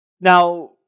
Now